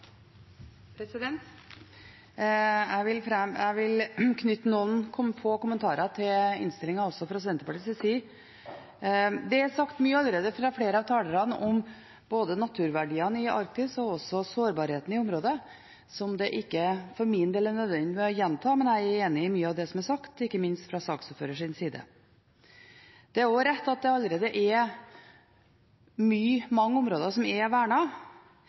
Jeg vil knytte noen få kommentarer til innstillingen fra Senterpartiets side. Det er sagt mye allerede fra flere av talerne om både naturverdiene i Arktis og sårbarheten i området, som det for min del ikke er nødvendig å gjenta, men jeg er enig i mye av det som har blitt sagt, ikke minst fra saksordførerens side. Det er også rett at det allerede er mange områder som er